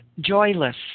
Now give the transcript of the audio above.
joyless